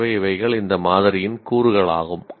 எனவே இவைகள் இந்த மாதிரியின் கூறுகள் ஆகும்